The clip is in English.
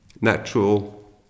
natural